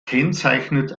kennzeichnet